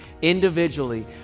individually